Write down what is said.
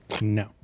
No